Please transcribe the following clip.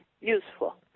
useful